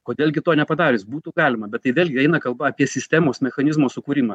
kodėl gi to nepadarius būtų galima bet tai vėl gi eina kalba apie sistemos mechanizmo sukūrimą